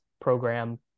program